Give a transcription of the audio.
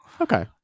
Okay